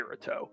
Kirito